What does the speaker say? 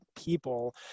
people